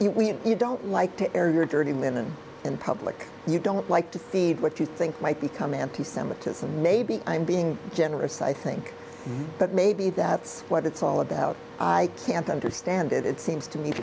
you don't like to air your dirty linen in public you don't like to feed what you think might become anti semitism maybe i'm being generous i think but maybe that's what it's all about i can't understand it it seems to me